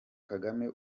kagame